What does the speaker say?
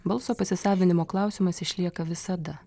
balso pasisavinimo klausimas išlieka visada